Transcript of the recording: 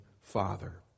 Father